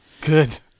Good